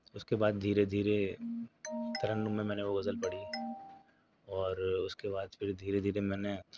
اس کے بعد دھیرے دھیرے ترنم میں میں نے وہ غزل پڑھی اور اس کے بعد پھر دھیرے دھیرے میں نے